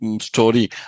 story